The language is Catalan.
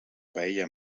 paella